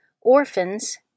orphans